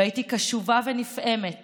והייתי קשובה ונפעמת